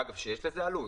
אגב, יש בזה עלות.